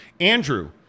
Andrew